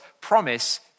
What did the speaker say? promise